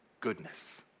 goodness